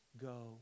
go